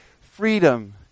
freedom